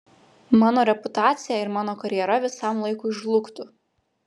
mano reputacija ir mano karjera visam laikui žlugtų